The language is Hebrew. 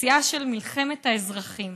בשיאה של מלחמת האזרחים